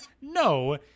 no